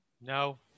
No